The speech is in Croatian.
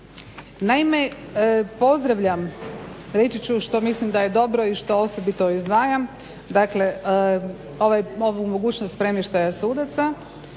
Naime, pozdravljam, reći ću što mislim da je dobro i što osobito i znam. Dakle, ovu mogućnost premještaja sudaca.